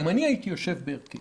אם הייתי יושב בהרכב